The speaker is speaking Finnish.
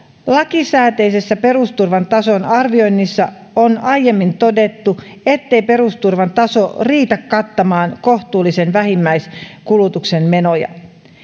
lakisääteisessä perusturvan tason arvioinnissa on aiemmin todettu ettei perusturvan taso riitä kattamaan kohtuullisen vähimmäiskulutuksen menoja